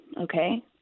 okay